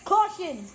Caution